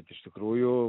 iš tikrųjų